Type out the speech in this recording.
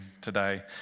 today